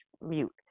mute